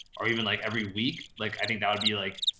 or even like every week, like i think that would be like,